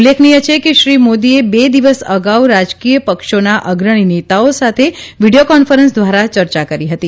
ઉલ્લેખનીય છે કે શ્રી મોદીએ બે દિવસ અગાઉ રાજકીય પક્ષોના અગ્રણી નેતાઓ સાથે વિડીયો કોન્ફરન્સ દ્વારા ચર્ચા કરી હતી